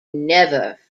never